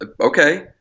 Okay